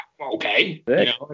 okay